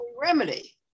remedy